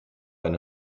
eine